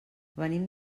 venim